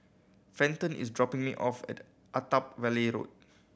Fenton is dropping me off at Attap Valley Road